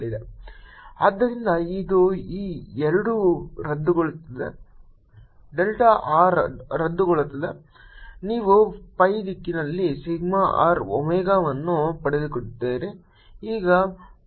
2A 0JJ K σ2πr rr 2π σrω 2Ax 0Jx 2Ay 0Jy Az0 ಆದ್ದರಿಂದ ಇದು ಈ 2 phi ರದ್ದುಗೊಳ್ಳುತ್ತದೆ ಡೆಲ್ಟಾ r ರದ್ದುಗೊಳ್ಳುತ್ತದೆ ನೀವು phi ದಿಕ್ಕಿನಲ್ಲಿ ಸಿಗ್ಮಾ r ಒಮೆಗಾವನ್ನು ಪಡೆಯುತ್ತೀರಿ